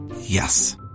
Yes